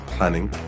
planning